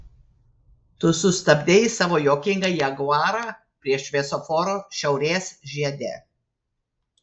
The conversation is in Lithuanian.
tu sustabdei savo juokingą jaguarą prie šviesoforo šiaurės žiede